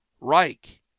Reich